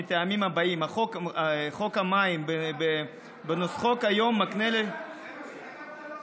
מהטעמים הבאים: חוק המים בנוסחו כיום מקנה לשלושה אתרים בלבד,